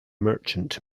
merchant